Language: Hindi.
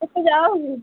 कैसे जाओगी